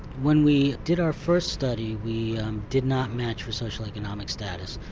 when we did our first study we did not match for socio economic status,